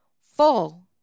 Full